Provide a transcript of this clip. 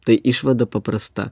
tai išvada paprasta